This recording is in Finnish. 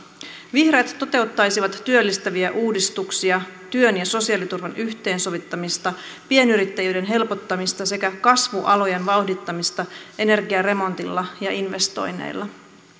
vihreät toteuttaisivat työllistäviä uudistuksia työn ja sosiaaliturvan yhteensovittamista pienyrittäjyyden helpottamista sekä kasvualojen vauhdittamista energiaremontilla ja investoinneilla